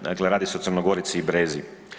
Dakle, radi se o crnogorici i brezi.